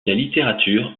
littérature